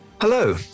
hello